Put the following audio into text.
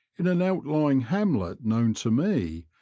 in an out-lying hamlet known to me,